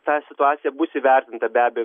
ta situacija bus įvertinta be abejo